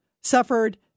suffered